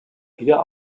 wieder